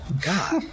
God